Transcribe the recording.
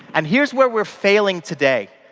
and here's where we're failing today,